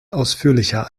ausführlicher